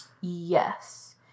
Yes